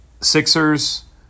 Sixers